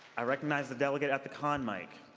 i recognize the delegate at the con mic.